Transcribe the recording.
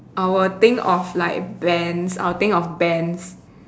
I will think of like bands I'll think of bands